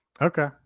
Okay